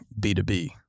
b2b